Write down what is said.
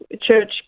church